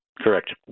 Correct